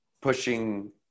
pushing